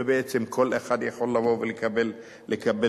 ובעצם כל אחד יכול לבוא ולקבל דירה.